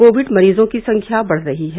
Covid मरीजों की संख्या बढ़ रही है